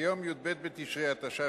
ביום י"ב בתשרי התש"ע,